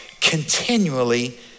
continually